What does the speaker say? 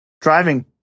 driving